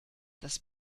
das